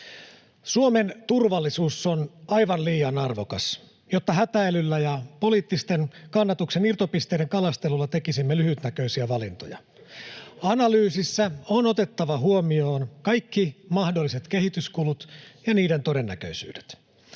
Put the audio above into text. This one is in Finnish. Suomen turvallisuus on aivan liian arvokas, jotta hätäilyllä ja poliittisen kannatuksen irtopisteiden kalastelulla tekisimme lyhytnäköisiä valintoja. Analyysissä on otettava huomioon kaikki mahdolliset kehityskulut ja niiden todennäköisyydet.